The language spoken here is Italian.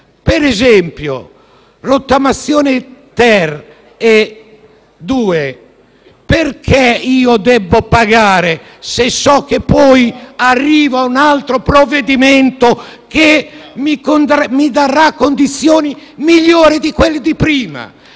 e alla rottamazione-*bis*: perché devo pagare, se so che poi arriva un altro provvedimento che mi darà condizioni migliori di quelle di prima?